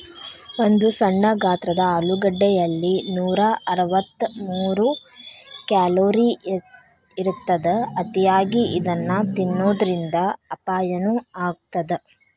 ಒಂದು ಸಣ್ಣ ಗಾತ್ರದ ಆಲೂಗಡ್ಡೆಯಲ್ಲಿ ನೂರಅರವತ್ತಮೂರು ಕ್ಯಾಲೋರಿ ಇರತ್ತದ, ಅತಿಯಾಗಿ ಇದನ್ನ ತಿನ್ನೋದರಿಂದ ಅಪಾಯನು ಆಗತ್ತದ